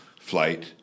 flight